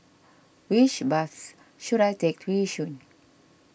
which bus should I take to Yishun